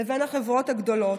לבין החברות הגדולות.